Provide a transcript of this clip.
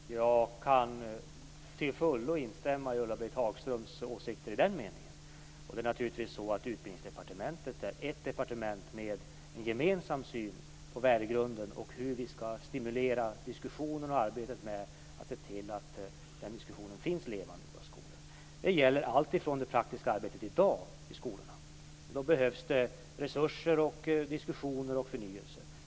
Fru talman! Jag kan till fullo instämma i Ulla Britt Hagströms åsikter i den meningen. Naturligtvis är Utbildningsdepartementet ett departement med en gemensam syn på värdegrunden och på hur vi skall stimulera arbetet med att se till att denna diskussion finns levande i våra skolor. Det gäller det praktiska arbetet i dag i skolorna, och där behövs det resurser, diskussioner och förnyelse.